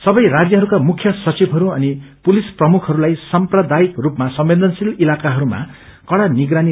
सबे राज्यहरूका मुख्य सचिवहरू अनि पुलिस प्रमुखहरूलाई साम्प्रदायिक रूपमा संवेदनशील इलाकाहरूमा कड़ा निगरानी